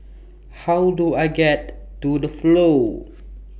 How Do I get to The Flow